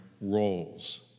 roles